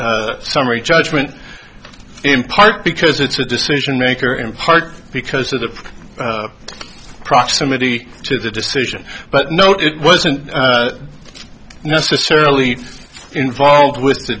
survive summary judgment in part because it's a decision maker in part because of the proximity to the decision but no it wasn't necessarily involved with th